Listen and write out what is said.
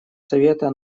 совета